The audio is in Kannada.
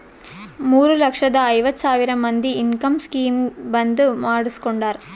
ಮೂರ ಲಕ್ಷದ ಐವತ್ ಸಾವಿರ ಮಂದಿ ಇನ್ಕಮ್ ಸ್ಕೀಮ್ ಬಂದ್ ಮಾಡುಸ್ಕೊಂಡಾರ್